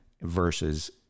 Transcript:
versus